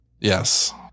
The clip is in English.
Yes